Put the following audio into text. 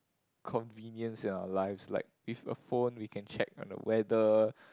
convenience in our lives like with a phone we can check on the weather